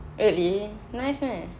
really nice meh